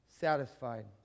satisfied